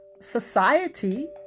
society